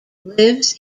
lives